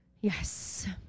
yes